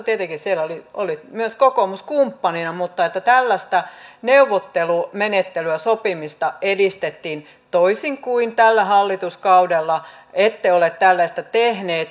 tietenkin siellä oli myös kokoomus kumppanina mutta tällaista neuvottelumenettelyä sopimista edistettiin toisin kuin tällä hallituskaudella ette ole tällaista tehneet